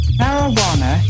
marijuana